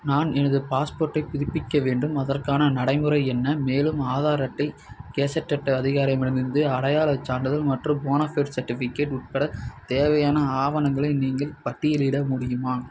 நான் எனது பாஸ்போர்ட்டை புதுப்பிக்க வேண்டும் அதற்கான நடைமுறை என்ன மேலும் ஆதார் அட்டை கெசட்டட் அதிகாரியிடமிருந்து அடையாளச் சான்றிதழ் மற்றும் போனஃபைட் செர்டிஃபிகேட் உட்பட தேவையான ஆவணங்களை நீங்கள் பட்டியலிட முடியுமா